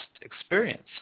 experience